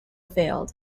failed